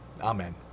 Amen